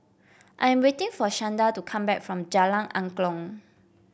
I am waiting for Shanda to come back from Jalan Angklong